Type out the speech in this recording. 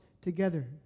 Together